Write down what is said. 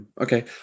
Okay